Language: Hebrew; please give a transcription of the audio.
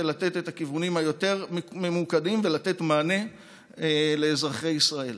לתת את הכיוונים היותר-ממוקדים ולתת מענה לאזרחי ישראל.